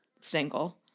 single